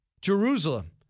Jerusalem